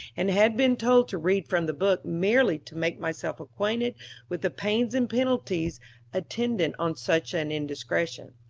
and had been told to read from the book merely to make myself acquainted with the pains and penalties attendant on such an indiscretion,